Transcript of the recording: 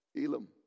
Elam